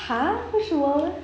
cars 为什么 leh